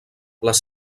les